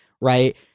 right